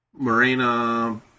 Marina